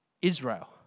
Israel